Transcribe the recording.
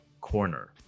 corner